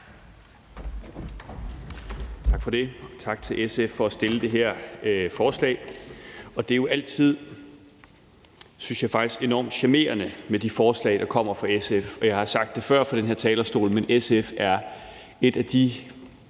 Tak for det, og tak til SF for at fremsætte det her forslag, og det er jo faktisk altid, synes jeg, enormt charmerende med de forslag, der kommer fra SF, og jeg har sagt det før fra den her talerstol. For SF er jo et af de